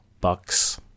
bucks